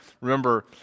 remember